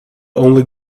only